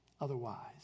otherwise